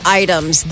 items